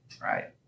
Right